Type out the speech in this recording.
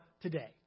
today